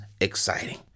exciting